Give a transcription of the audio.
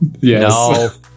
Yes